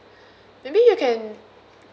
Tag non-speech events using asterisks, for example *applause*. *breath* maybe you can